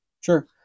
Sure